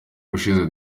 ushize